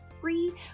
free